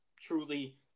truly